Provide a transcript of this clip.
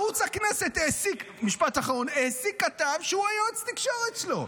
ערוץ הכנסת העסיק כתב שהוא יועץ תקשורת שלו.